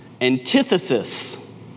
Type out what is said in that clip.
antithesis